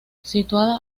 situada